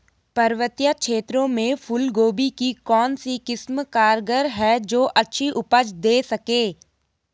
पर्वतीय क्षेत्रों में फूल गोभी की कौन सी किस्म कारगर है जो अच्छी उपज दें सके?